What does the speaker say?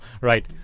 Right